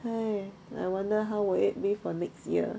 !hais! I wonder how would it be for next year